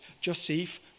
Joseph